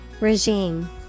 Regime